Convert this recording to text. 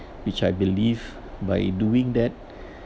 which I believe by doing that